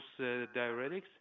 diuretics